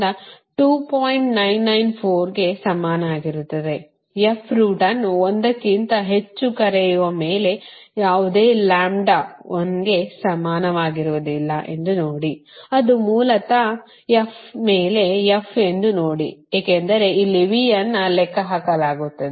994 ಕ್ಕೆ ಸಮನಾಗಿರುತ್ತದೆ f root ಅನ್ನು 1 ಕ್ಕಿಂತಲೂ ಹೆಚ್ಚು ಕರೆಯುವ ಮೇಲೆ ಯಾವುದೇ ಲ್ಯಾಂಬ್ಡಾ1 ಕ್ಕೆ ಸಮನಾಗಿರುವುದಿಲ್ಲ ಎಂದು ನೋಡಿ ಅದು ಮೂಲತಃ f ಮೇಲೆ f ಎಂದು ನೋಡಿ ಏಕೆಂದರೆ ಇಲ್ಲಿ v ಅನ್ನು ಲೆಕ್ಕಹಾಕಲಾಗುತ್ತದೆ